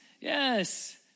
yes